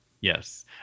Yes